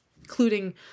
including